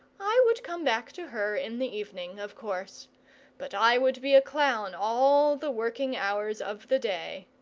i would come back to her in the evening, of course but i would be a clown all the working hours of the day.